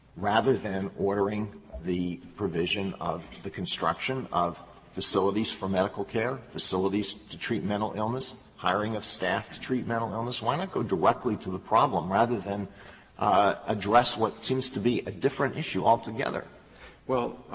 rather than ordering the provision of the construction of facilities for medical care, facilities to treat mental illness, hiring of staff to treat mental illness? why not go directly to the problem rather than address what seems to be a different issue altogether? specter well,